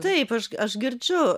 taip aš aš girdžiu